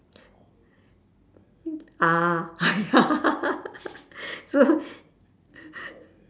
ah ya so